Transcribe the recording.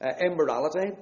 immorality